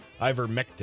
Ivermectin